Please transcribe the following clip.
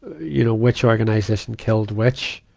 you know, which organization killed which.